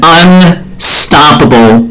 unstoppable